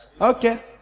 Okay